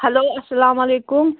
hello اسلامُ علیکُم